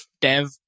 dev